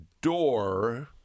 door